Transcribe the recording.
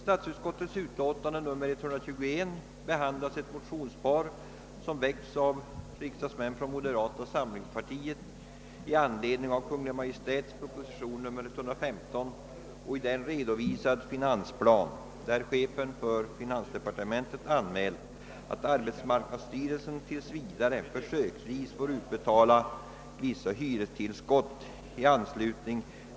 Herr talman! På grund av den tidsnöd som präglar riksdagens arbete i kväll skall jag försöka fatta mig kort och inte ingå på en ny lokaliseringsdebatt.